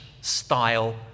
style